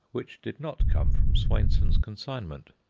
which did not come from swainson's consignment.